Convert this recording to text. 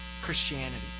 Christianity